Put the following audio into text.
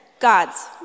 God's